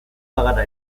bagara